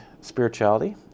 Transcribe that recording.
spirituality